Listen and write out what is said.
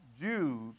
Jews